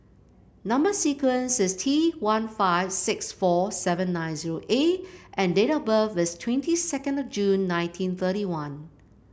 number sequence is T one five six four seven nine zero A and date of birth is twenty second of June nineteen thirty one